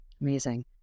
Amazing